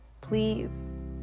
please